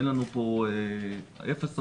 אפס סובלנות.